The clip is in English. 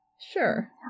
sure